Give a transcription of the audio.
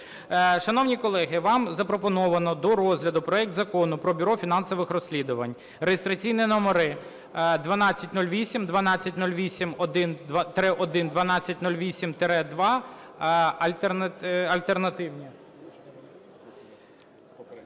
Шановні колеги, вам запропоновано до розгляду проект Закону про Бюро фінансових розслідувань (реєстраційні номери: 1208, 1208-1, 1208-2, альтернативні).